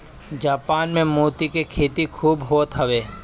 Japan में मोती के खेती खूब होत हवे